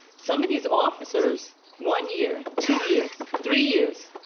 some of these officers one year two years. three years.